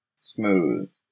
Smooth